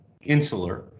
insular